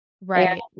Right